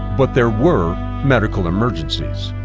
but there were medical emergencies.